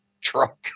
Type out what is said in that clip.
truck